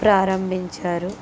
ప్రారంభించారు